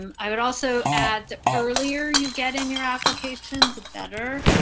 um i would also add earlier you get in your application the better